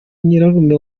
nyirarume